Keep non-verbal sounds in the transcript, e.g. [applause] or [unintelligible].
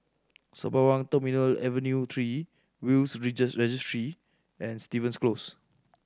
Sembawang Terminal Avenue Three Will's [unintelligible] Registry and Stevens Close